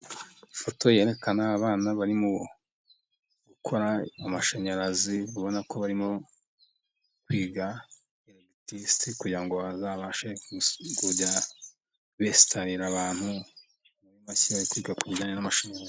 Ifoto yerekana abana barimo gukora mu mashanyarazi, ubona ko barimo kwiga elegitirisite kugira ngo bazabashe kujya besitalila Abantu bashya, bari kwiga ku ibijyanye n'amashanyarazi.